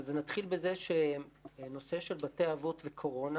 אני אתחיל בזה שנושא של בתי האבות וקורונה